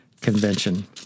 convention